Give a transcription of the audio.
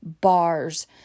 bars